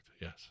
Yes